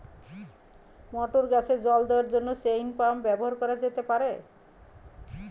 মটর গাছে জল দেওয়ার জন্য চেইন পাম্প ব্যবহার করা যেতে পার?